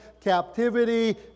captivity